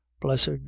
blessed